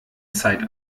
zeit